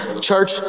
Church